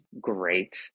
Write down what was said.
great